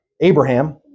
Abraham